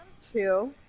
two